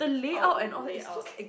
out layout